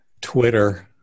Twitter